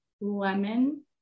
lemon